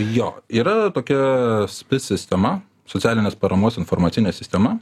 jo yra tokia spi sistema socialinės paramos informacinė sistema